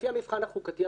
לפי המבחן החוקתי,